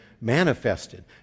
manifested